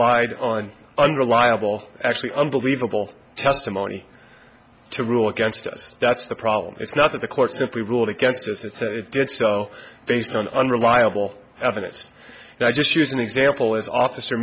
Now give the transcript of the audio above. relied on unreliable actually unbelievable testimony to rule against us that's the problem it's not that the court simply ruled against us it's that it did so based on unreliable evidence and i just use an example as officer